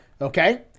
Okay